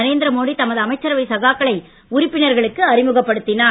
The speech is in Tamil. நரேந்திரமோடி தமது அமைச்சரவை சகாக்களை உறுப்பினர்களுக்கு அறிமுகப்படுத்தினார்